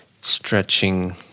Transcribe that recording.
stretching